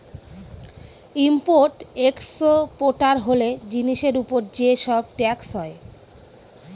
import exporter হলে জিনিসের উপর যে সব ট্যাক্স হয়